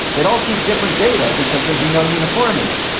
they don't keep different data because there'd be no uniformity.